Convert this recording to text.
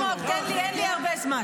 אלמוג, תן לי, כי אין לי הרבה זמן.